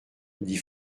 dit